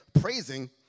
praising